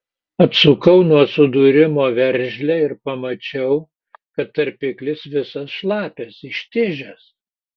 atsukau nuo sudūrimo veržlę ir pamačiau kad tarpiklis visas šlapias ištižęs